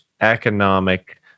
economic